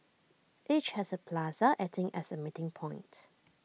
each has A plaza acting as A meeting point